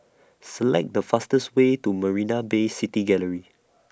Select The fastest Way to Marina Bay City Gallery